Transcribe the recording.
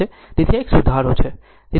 તેથી આ એક સુધારો છે